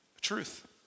truth